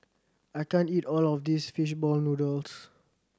I can't eat all of this fish ball noodles